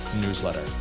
newsletter